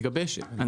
שמתגבשת.